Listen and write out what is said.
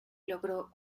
logró